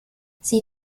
sie